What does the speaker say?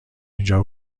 اینجا